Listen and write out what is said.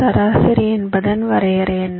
சராசரி என்பதன் வரையறை என்ன